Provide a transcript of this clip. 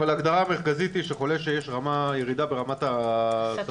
אבל ההגדרה המרכזית היא שחולה שיש לו ירידה ברמת הסטורציה,